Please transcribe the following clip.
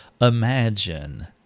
imagine